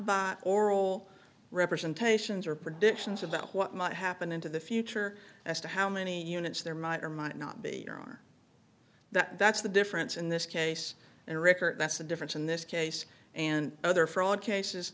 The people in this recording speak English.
by oral representations or predictions about what might happen into the future as to how many units there might or might not be that that's the difference in this case and record that's the difference in this case and other fraud cases